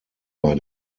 bei